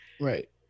Right